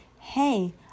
Hey